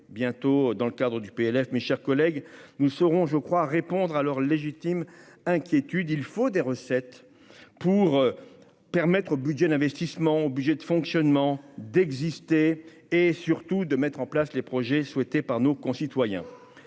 bientôt dans le cadre du PLF, mes chers collègues, nous saurons je crois répondre à leur légitime inquiétude, il faut des recettes pour permettre au budget d'investissement obligé de fonctionnement d'exister et surtout de mettre en place les projets, souhaitée par nos concitoyens,